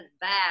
back